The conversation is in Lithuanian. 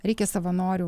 reikia savanorių